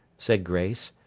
said grace,